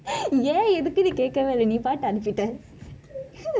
ஏன் எதற்குனு நீ கேட்கவில்லை நீ பாட்டு அனுப்பிட்டேன்:en etharkunu ni ketkevillai ni paatu anupithaen